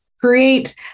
create